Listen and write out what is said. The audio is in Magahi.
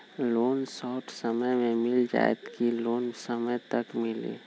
लोन शॉर्ट समय मे मिल जाएत कि लोन समय तक मिली?